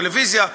טלוויזיה,